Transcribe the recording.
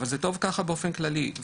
אבל זה טוב ככה באופן כללי.